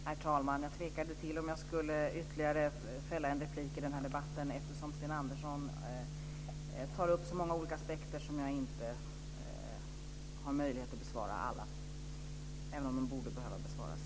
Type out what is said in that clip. Herr talman! Jag tvekade om jag skulle göra ytterligare ett inlägg i den här debatten, eftersom Sten Andersson tar upp så många olika aspekter som jag inte har möjlighet att besvara, även om de skulle behöva besvaras.